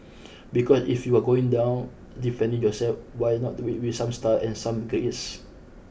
because if you are going down defending yourself why not do it with some style and some grace